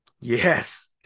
Yes